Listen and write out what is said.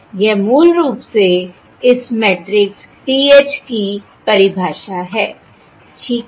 यह मूल रूप से इस मैट्रिक्स PH की परिभाषा है ठीक है